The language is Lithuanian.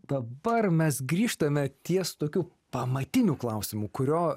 dabar mes grįžtame ties tokiu pamatiniu klausimu kurio